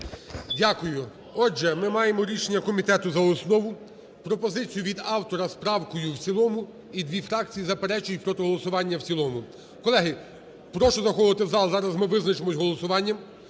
Дякую. Отже, ми маємо рішення комітету – за основу, пропозицію від автора - з правкою в цілому, і дві фракції заперечують проти голосування в цілому. Колеги, прошу заходити в зал, зараз ми визначимося голосуванням.